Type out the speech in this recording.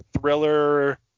thriller